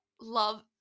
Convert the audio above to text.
love